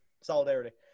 solidarity